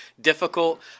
difficult